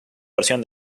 versión